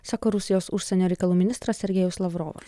sako rusijos užsienio reikalų ministras sergejus lavrovas